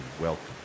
welcome